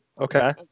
Okay